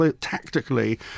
Tactically